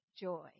joy